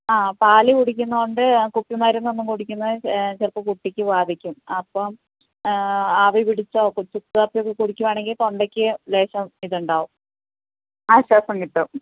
ആ പാൽ കുടിക്കുന്നത് കൊണ്ട് കുപ്പി മരുന്ന് ഒന്നും കുടിക്കുന്നത് ചിലപ്പോൾ കുട്ടിക്ക് ബാധിക്കും അപ്പോൾ ആവി പിടിച്ചോ ചുക്ക് കാപ്പി ഒക്കെ കുടിക്കുകയാണെങ്കിൽ തൊണ്ടയ് ക്ക് ലേശം ഇത് ഉണ്ടാവും ആശ്വാസം കിട്ടും